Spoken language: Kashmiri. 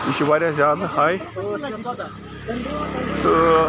یہِ چھِ واریاہ زیادٕ ہاے تہٕ